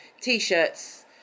T-shirts